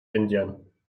indien